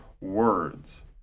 words